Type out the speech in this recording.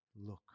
look